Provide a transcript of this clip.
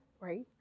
right